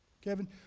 Kevin